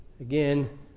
Again